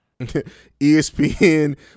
ESPN